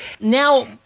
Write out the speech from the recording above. Now